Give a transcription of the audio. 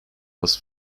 was